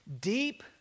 Deep